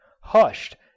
hushed